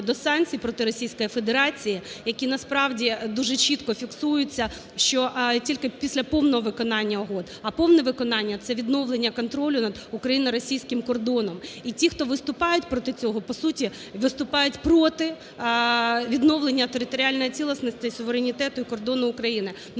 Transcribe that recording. до санкцій проти Російської Федерації, які, насправді, дуже чітко фіксуються, що тільки після повного виконання угод, а повне виконання – це відновлення контролю над україно-російським кордоном. І ті, хто виступають проти цього, по суті, виступають проти відновлення територіальної цілісності і суверенітету, і кордону України.